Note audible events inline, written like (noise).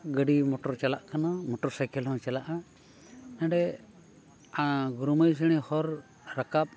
ᱜᱟᱹᱰᱤ ᱢᱚᱴᱚᱨ ᱪᱟᱞᱟᱜ ᱠᱟᱱᱟ ᱢᱚᱴᱚᱨ ᱥᱟᱭᱠᱮᱞ ᱦᱚᱸ ᱪᱟᱞᱟᱜᱼᱟ ᱱᱚᱰᱮ (unintelligible) ᱦᱚᱨ ᱨᱟᱠᱟᱵᱽ